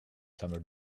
summer